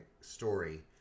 story